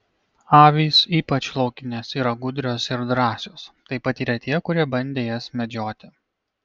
avys ypač laukinės yra gudrios ir drąsios tai patyrė tie kurie bandė jas medžioti